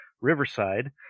Riverside